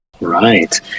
Right